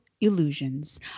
Illusions